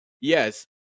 Yes